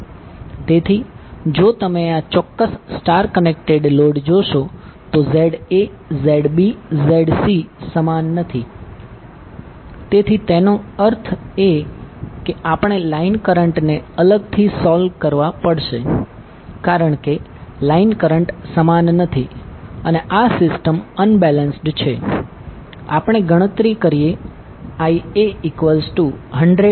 તેથી જો તમે આ ચોક્ક્સ સ્ટાર કનેક્ટેડ લોડ જોશો તો ZA ZB ZCસમાન નથી તેથી તેનો અર્થ એ કે આપણે લાઇન કરંટને અલગથી સોલ્વ કરવા પડશે કારણ કે લાઇન કરંટ સમાન નથી અને આ સિસ્ટમ અનબેલેન્સ્ડ છે